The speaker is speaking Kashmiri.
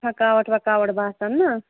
تھَکاوَٹ وَکاوَٹ باسان نہ